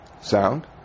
sound